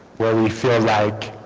where we feel like